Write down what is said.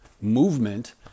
movement